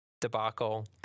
debacle